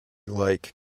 like